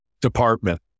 department